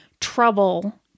trouble